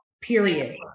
period